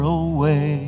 away